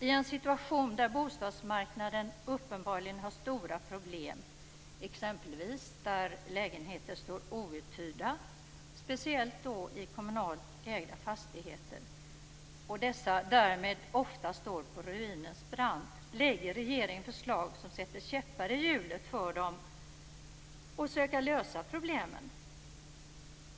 I en situation där bostadsmarknaden uppenbarligen har stora problem lägger regeringen förslag som sätter käppar i hjulet för de kommuner som söker lösa sina problem. Det är t.ex. många lägenheter som står outhyrda, speciellt i kommunalt ägda fastigheter, och dessa står därmed också på ruinens brant.